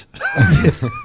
Yes